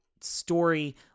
story